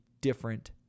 different